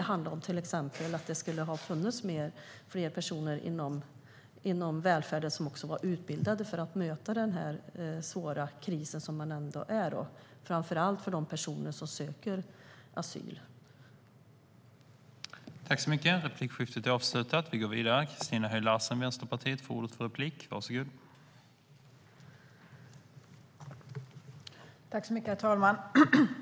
Det kan handla till exempel om att det skulle ha behövts fler personer i välfärden som är utbildade för att möta denna svåra kris och de personer som söker asyl.